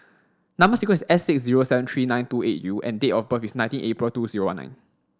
number sequence is S six zero seven three nine two eight U and date of birth is nineteen April two zero one nine